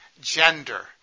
gender